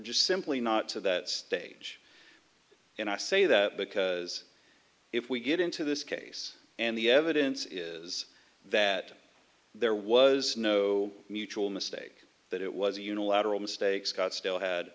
just simply not to that stage and i say that because if we get into this case and the evidence is that there was no mutual mistake that it was a unilateral mistake scott still had